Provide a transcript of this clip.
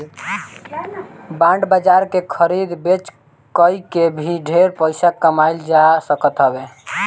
bond बाजार के खरीद बेच कई के भी ढेर पईसा कमाईल जा सकत हवे